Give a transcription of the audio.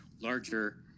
larger